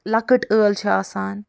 لۄکٕٹۍ عٲل چھِ آسان